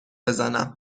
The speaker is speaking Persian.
بزنم